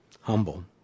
humble